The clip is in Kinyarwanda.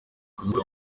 kubikora